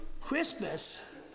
Christmas